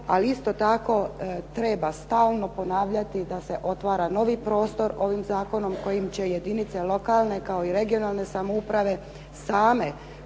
Ali isto tako treba stalno ponavljati da se otvara novi prostor ovim zakonom kojim će jedinice lokalne, kao i regionalne samouprave same,